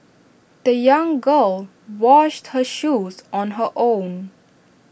the young girl washed her shoes on her own